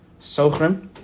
Sochrim